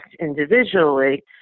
individually